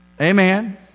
Amen